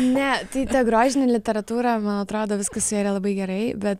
ne tai ta grožinė literatūra man atrodo viskas su ja yra labai gerai bet